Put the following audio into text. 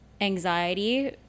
anxiety